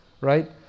right